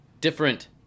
different